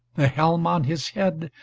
the helm on his head,